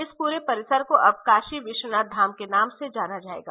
इस पूरे परिसर को अब काशी विश्वनाथ धाम के नाम से जाना जायेगा